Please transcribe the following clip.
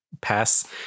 pass